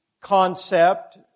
concept